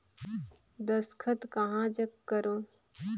दस्खत कहा जग करो?